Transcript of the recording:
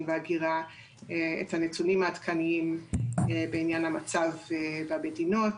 וההגירה הנתונים העדכניים בעניין המצב במדינות,